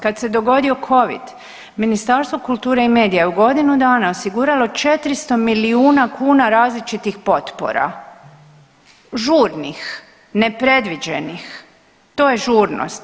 Kad se dogodio covid Ministarstvo kulture i medija je u godinu dana osiguralo 400 milijuna kuna različitih potpora, žurnih, nepredviđenih, to je žurnost.